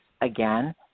again